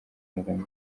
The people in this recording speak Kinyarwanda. amagambo